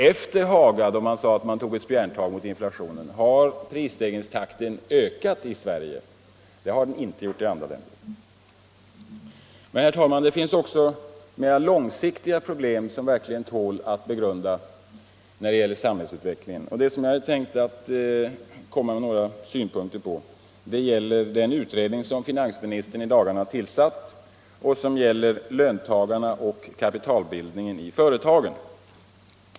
Efter Hagauppgörelsen, då man sade att man tog ett spjärntag mot inflationen, har prisstegringstakten ökat i Sverige. Det har den inte gjort i andra länder. Men, herr talman, det finns också mer långsiktiga problem när det gäller samhällsutvecklingen som verkligen tål att begrunda. Jag hade tänkt lägga fram några synpunkter på den utredning som finansministern i dagarna har tillsatt och som gäller löntagarna och kapitalbildningen i företagen.